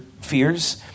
fears